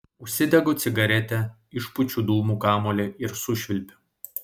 užsidegu cigaretę išpučiu dūmų kamuolį ir sušvilpiu